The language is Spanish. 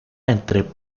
entre